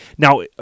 Now